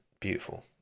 beautiful